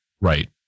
Right